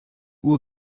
uhr